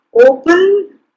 open